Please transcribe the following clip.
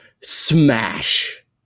smash